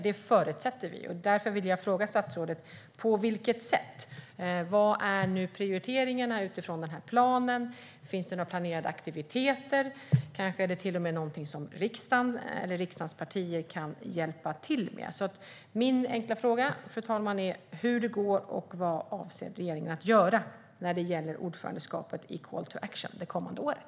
Det förutsätter vi, och därför vill jag fråga statsrådet: På vilket sätt? Vilka är prioriteringarna utifrån planen? Finns det några planerade aktiviteter? Kan det kanske till och med finnas något som riksdagens partier kan hjälpa till med? Min enkla fråga, fru talman, är hur det går och vad regeringen avser att göra när det gäller ordförandeskapet i Call to Action det kommande året.